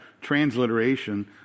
transliteration